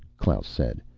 klaus said.